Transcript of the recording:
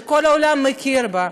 שכל העולם מכיר בו.